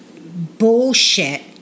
bullshit